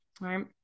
right